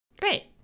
Great